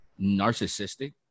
narcissistic